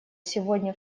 сегодня